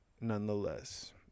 nonetheless